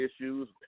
issues